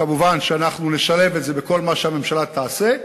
כמובן, אנחנו נשלב את זה בכל מה שהממשלה תעשה.